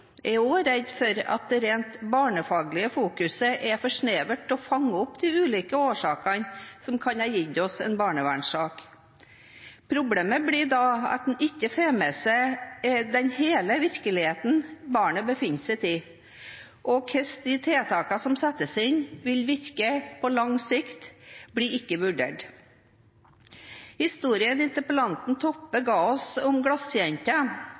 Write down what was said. Jeg er også redd for at det rent barnefaglige fokuset er for snevert til å fange opp de ulike årsakene som kan ha gitt oss en barnevernssak. Problemet blir da at en ikke får med seg hele den virkeligheten barnet befinner seg i, og hvordan de tiltakene som settes inn, vil virke på lang sikt, blir ikke vurdert. Historien interpellanten Toppe ga oss om